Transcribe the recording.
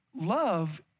love